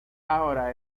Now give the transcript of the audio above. ahora